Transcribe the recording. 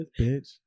Bitch